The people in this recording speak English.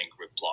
reply